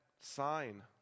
sign